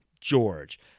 George